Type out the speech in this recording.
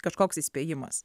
kažkoks įspėjimas